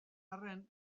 arren